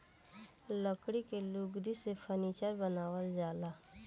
लकड़ी के लुगदी से फर्नीचर बनावल जाला